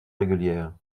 régulières